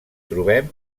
trobem